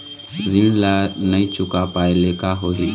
ऋण ला नई चुका पाय ले का होही?